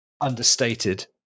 understated